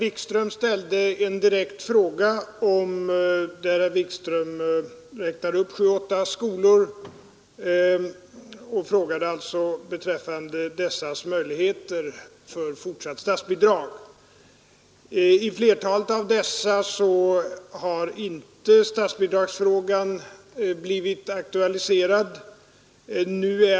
Fru talman! Herr Wikström räknade upp sju, åtta skolor och ställde en direkt fråga beträffande dessas möjligheter till fortsatt statsbidrag. När det gäller flertalet av dem har statsbidragsfrågan inte blivit aktualiserad.